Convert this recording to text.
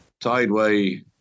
Tideway